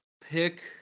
pick